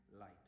light